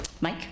Mike